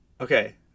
Okay